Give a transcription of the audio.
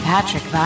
Patrick